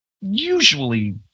usually